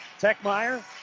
Techmeyer